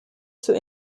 zur